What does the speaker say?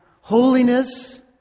Holiness